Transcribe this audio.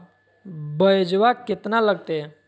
ब्यजवा केतना लगते?